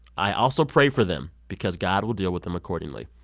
i also pray for them because god will deal with them accordingly.